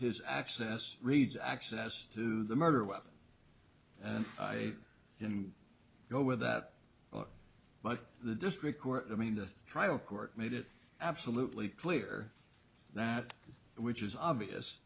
his access reads access to the murder weapon and i can go with that but the district court i mean the trial court made it absolutely clear that which is obvious